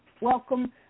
welcome